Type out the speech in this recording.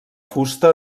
fusta